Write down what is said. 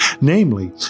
Namely